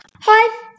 Hi